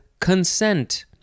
consent